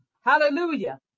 Hallelujah